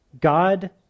God